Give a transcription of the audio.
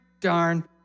darn